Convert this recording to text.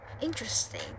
interesting